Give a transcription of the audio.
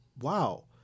wow